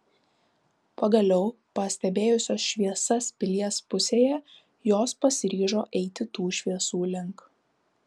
pagaliau pastebėjusios šviesas pilies pusėje jos pasiryžo eiti tų šviesų link